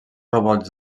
robots